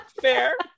fair